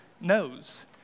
knows